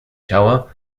ciała